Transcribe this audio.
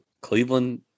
Cleveland